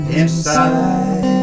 inside